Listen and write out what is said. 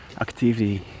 activity